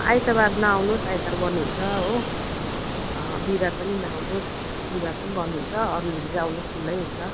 आइतबार नआउनुहोस् आइतबार बन्द हुन्छ हो बिहीबार पनि नआउनुहोस् बिहीबार पनि बन्द हुन्छ अरू दिन चाहिँ आउनुहोस् खुल्लै हुन्छ